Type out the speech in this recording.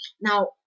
Now